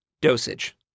Dosage